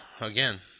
again